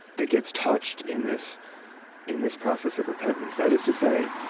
that gets touched in this in this process of repentance. that is to say,